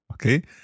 Okay